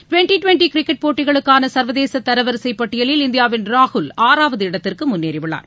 twenty twenty cricket போட்டிகளுக்கான சர்வதேச தரவரிசை பட்டியலில் இந்தியாவின் ராகுல் ஆறாவது இடத்திற்கு முன்னேறி உள்ளார்